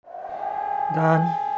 done